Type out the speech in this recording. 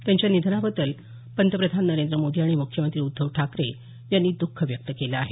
त्यांच्या निधनाबद्दल पंतप्रधान नरेंद्र मोदी आणि मुख्यमंत्री उद्धव ठाकरे यांनी दःख व्यक्त केलं आहे